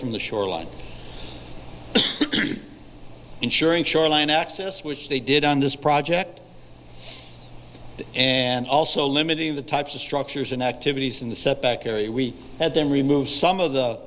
from the shoreline ensuring shoreline access which they did on this project and also limiting the types of structures and activities in the setback area we had then remove some of the